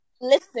listen